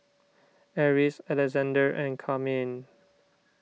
Eris Alexande and Carmine